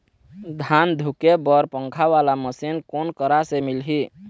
धान धुके बर पंखा वाला मशीन कोन करा से मिलही?